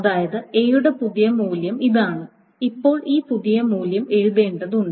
അതായത് A യുടെ പുതിയ മൂല്യം ഇതാണ് ഇപ്പോൾ ഈ പുതിയ മൂല്യം എഴുതേണ്ടതുണ്ട്